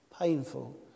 painful